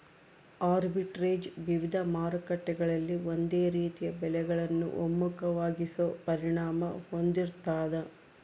arbitrage ವಿವಿಧ ಮಾರುಕಟ್ಟೆಗಳಲ್ಲಿ ಒಂದೇ ರೀತಿಯ ಬೆಲೆಗಳನ್ನು ಒಮ್ಮುಖವಾಗಿಸೋ ಪರಿಣಾಮ ಹೊಂದಿರ್ತಾದ